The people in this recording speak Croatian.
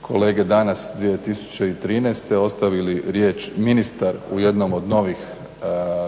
kolege danas 2013.ostavili riječ ministar u jednom od novih